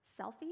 selfie